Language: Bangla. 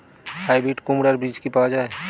হাইব্রিড কুমড়ার বীজ কি পাওয়া য়ায়?